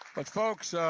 but folks